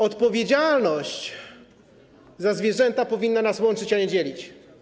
Odpowiedzialność za zwierzęta powinna nas łączyć, a nie dzielić.